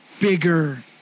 bigger